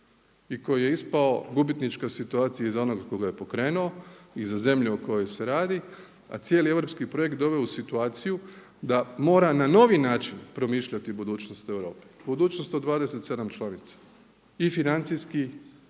i koji je ispao gubitnička situacija i za onoga tko ga je pokrenuo i za zemlju o kojoj se radi a cijeli europski projekt doveo u situaciju da mora na novi način promišljati o budućnosti Europe. Budućnost od 27 članica i financijski